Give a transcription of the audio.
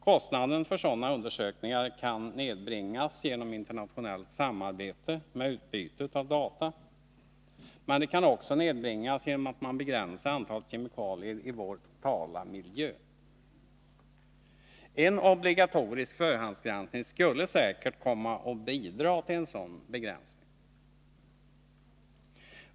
Kostnaden för sådana undersökningar kan nedbringas genom internationellt samarbete med utbyte av data, men de kan också nedbringas genom att man begränsar antalet kemikalier i vår totala miljö. En obligatorisk förhandsprövning skulle säkert komma att bidra till en sådan begränsning.